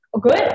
good